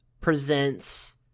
presents